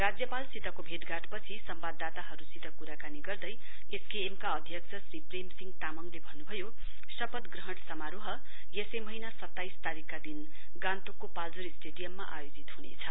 राज्यपालसितको भेटघाटपछि सम्वाददाताहरुसित कुराकानी गर्दै एसकेएम का अध्यक्ष श्री प्रेससिंह तामङले भन्नुभयो शपथ ग्रहण समारोह यसै महीना सताइस तारीकका दिन गान्तोकको पाल्जोर स्टडेडियममा आयोजित हुनेछ